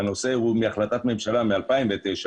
והנושא הוא מהחלטת ממשלה מ-2009,